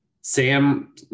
Sam